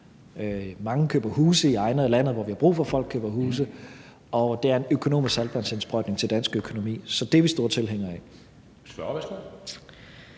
Mange køber huse i egne af landet, hvor vi har brug for folk køber huse, og det er en økonomisk saltvandsindsprøjtning til dansk økonomi. Så det er vi store tilhængere af.